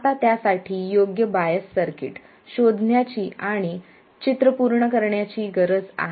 आता त्यासाठी योग्य बायस सर्किट शोधण्याची आणि चित्र पूर्ण करण्याची गरज आहे